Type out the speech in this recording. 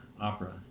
opera